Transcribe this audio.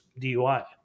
DUI